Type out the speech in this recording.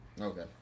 okay